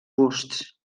busts